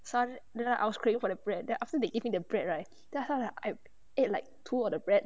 sun then I was queuing for the bread then after they give me the bread right then after that I ate like two of the bread